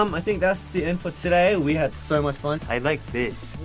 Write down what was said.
um i think that's the end for today, we had so much fun. i like this.